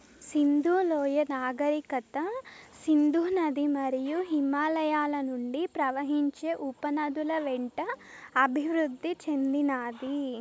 సింధు లోయ నాగరికత సింధు నది మరియు హిమాలయాల నుండి ప్రవహించే ఉపనదుల వెంట అభివృద్ది చెందినాది